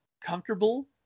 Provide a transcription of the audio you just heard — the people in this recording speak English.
comfortable